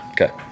okay